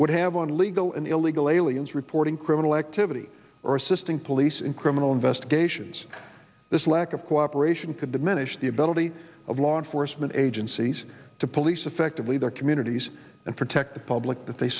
would have on legal and illegal aliens reporting criminal activity or assisting police in criminal investigations this lack of cooperation could diminish the ability of law enforcement agencies to police effectively their communities and protect the public that they